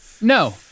No